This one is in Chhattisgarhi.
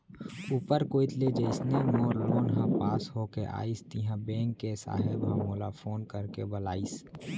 ऊपर कोइत ले जइसने मोर लोन ह पास होके आइस तिहॉं बेंक के साहेब ह मोला फोन करके बलाइस